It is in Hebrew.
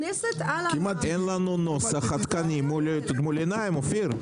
--- אין לנו נוסח עדכני מול העיניים, אופיר.